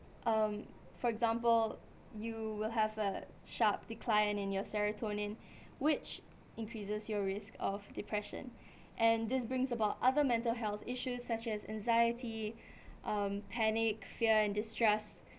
um for example you will have a sharp decline in your serotonin which increases your risk of depression and this brings about other mental health issues such as anxiety um panic fear and distrust